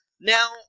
Now